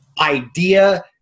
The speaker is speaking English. idea